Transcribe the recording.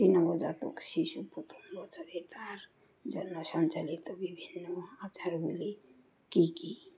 নবজাতক শিশু প্রথম বছরে তার জন্য সঞ্চালিত বিভিন্ন আচারগুলি কী কী